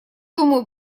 думаю